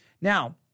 Now